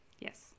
yes